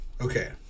Okay